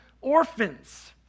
orphans